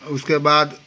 उसके बाद